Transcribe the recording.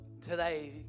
today